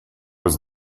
was